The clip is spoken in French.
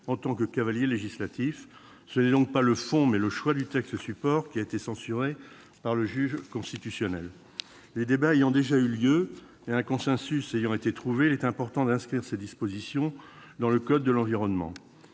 en tant que cavaliers législatifs. C'est donc non pas le fond, mais le choix du support qui a été censuré par le juge constitutionnel. Les débats ayant déjà eu lieu, et un consensus ayant été trouvé, il est important d'inscrire ces dispositions dans le code de l'environnement.